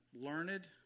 learned